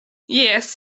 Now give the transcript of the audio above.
jes